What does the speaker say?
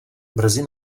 brzy